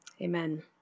Amen